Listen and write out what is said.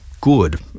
good